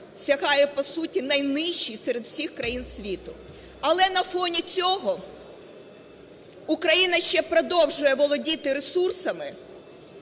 сягає, по суті, найнижчого серед всіх країн світу. Але на фоні цього Україна ще продовжує володіти ресурсами,